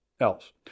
else